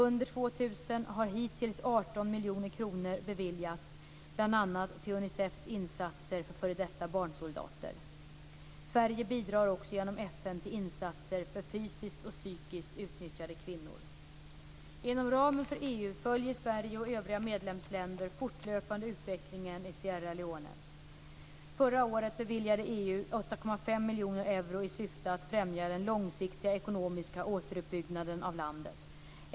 Under år 2000 har hittills 18 miljoner kronor beviljats, bl.a. till Unicefs insatser för f.d. barnsoldater. Sverige bidrar också genom FN till insatser för fysiskt och psykiskt utnyttjade kvinnor. Inom ramen för EU följer Sverige och övriga medlemsländer fortlöpande utvecklingen i Sierra Leone. Förra året beviljade EU 8,5 miljoner euro i syfte att främja den långsiktiga ekonomiska återuppbyggnaden av landet.